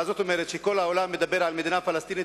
מה זאת אומרת שכל העולם מדבר על מדינה פלסטינית,